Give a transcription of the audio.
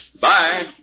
bye